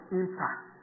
impact